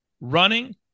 running